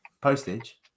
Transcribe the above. Postage